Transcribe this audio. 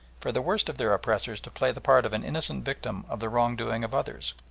for the worst of their oppressors to play the part of an innocent victim of the wrong-doing of others,